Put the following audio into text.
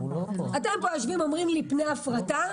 אתם יושבים פה ואומרים לי: הפרטה,